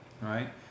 right